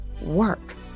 work